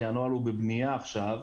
כי הנוהל בבנייה עכשיו.